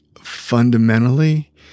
fundamentally